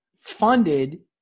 funded